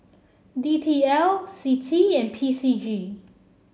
D T L C T I and P C G